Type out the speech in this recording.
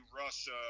Russia